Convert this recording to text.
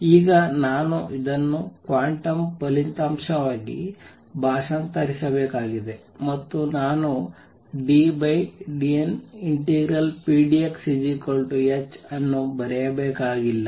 ಈಗ ನಾನು ಇದನ್ನು ಕ್ವಾಂಟಮ್ ಫಲಿತಾಂಶವಾಗಿ ಭಾಷಾಂತರಿಸಬೇಕಾಗಿದೆ ಮತ್ತು ನಾನು ddn∫pdxh ಅನ್ನು ಬರೆಯಬೇಕಾಗಿಲ್ಲ